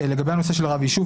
לגבי הנושא של רב יישוב,